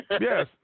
Yes